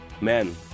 Men